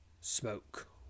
Smoke